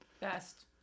Best